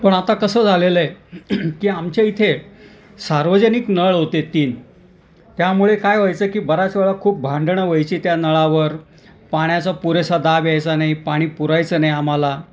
पण आता कसं झालेलं आहे की आमच्या इथे सार्वजनिक नळ होते तीन त्यामुळे काय व्हायचं की बऱ्याच वेळा खूप भांडणं व्हायची त्या नळावर पाण्याचा पुरेसा दाब यायचा नाही पाणी पुरायचं नाई आम्हाला